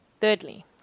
Thirdly